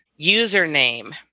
Username